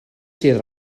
sydd